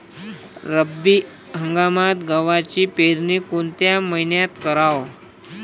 रब्बी हंगामात गव्हाची पेरनी कोनत्या मईन्यात कराव?